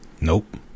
Nope